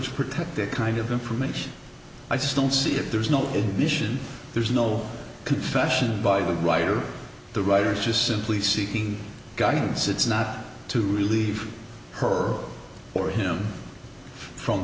that kind of information i just don't see it there's no admission there's no confession by the writer the writers just simply seeking guidance it's not to relieve her or him from